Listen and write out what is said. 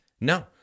No